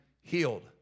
healed